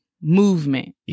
movement